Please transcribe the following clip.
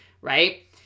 right